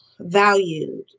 Valued